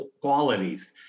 qualities